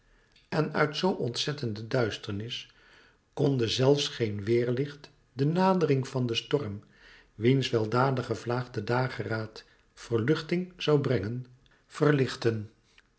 en uit zoo ontzettende duisternis kondde zelfs geen weêrlicht de nadering van den storm wiens weldadige vlaag de dageraad verluchting zoû brengen verlichting